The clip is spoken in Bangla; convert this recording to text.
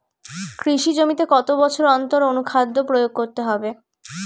কৃষি জমিতে কত বছর অন্তর অনুখাদ্য প্রয়োগ করতে হবে?